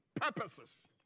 Purposes